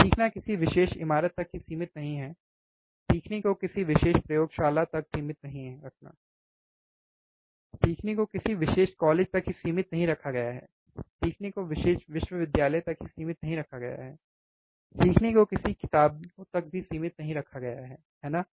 सीखना किसी विशेष इमारत तक ही सीमित नहीं है सीखने को किसी विशेष प्रयोगशाला तक सीमित नहीं है सीखने को किसी विशेष कॉलेज तक ही सीमित नहीं रखा गया है सीखने को विशेष विश्वविद्यालय तक ही सीमित नहीं रखा गया है सीखने को किसी किताबों तक भी सीमित नहीं रखा गया है है ना